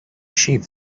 sheep